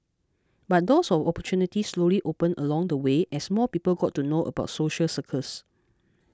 but doors of opportunity slowly opened along the way as more people got to know about social circus